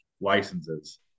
licenses